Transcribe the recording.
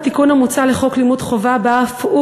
התיקון המוצע לחוק לימוד חובה בא אף הוא